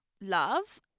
love